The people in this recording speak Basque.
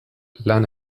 lan